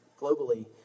globally